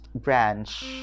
branch